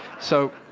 so